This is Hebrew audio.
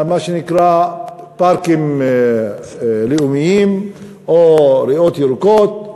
מה שנקרא פארקים לאומיים או ריאות ירוקות.